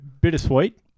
bittersweet